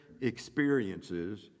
experiences